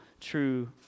true